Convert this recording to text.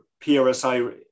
PRSI